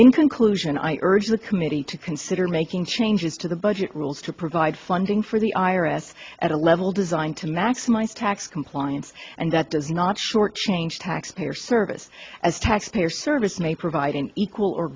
in conclusion i urge the committee to consider making changes to the budget rules to provide funding for the i r s at a level designed to maximize tax compliance and that does not shortchange taxpayer service as taxpayer service may provide an equal or